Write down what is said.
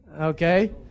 Okay